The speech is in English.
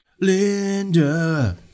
Linda